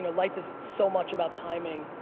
and life is so much about timing.